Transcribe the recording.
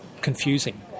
confusing